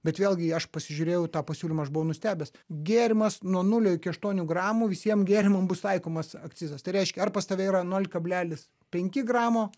bet vėlgi aš pasižiūrėjau į tą pasiūlymą aš buvau nustebęs gėrimas nuo nulio iki aštuonių gramų visiem gėrimam bus taikomas akcizas tai reiškia ar pas tave yra nol kablelis penki gramo